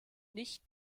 nicht